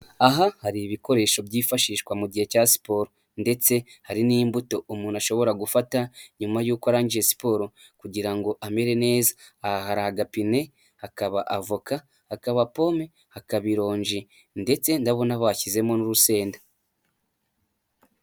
Aha hari ibikoresho byifashishwa mu gihe cya siporo, ndetse hari n'imbuto umuntu ashobora gufata nyuma y'uko arangije siporo kugira ngo amere neza. Aha hari agapine, hakaba avoka, hakaba pome, hakaba ironji, ndetse ndabona bashyizemo n'urusenda.